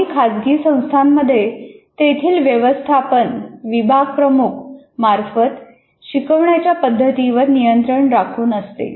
काही खाजगी संस्थांमध्ये तेथील व्यवस्थापन विभाग प्रमुख मार्फत शिकवण्याच्या पद्धतींवर नियंत्रण राखून असते